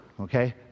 okay